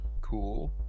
cool